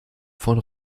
von